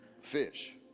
fish